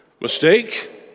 mistake